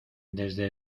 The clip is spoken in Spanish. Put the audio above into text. desde